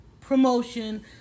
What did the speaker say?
promotion